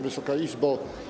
Wysoka Izbo!